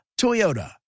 Toyota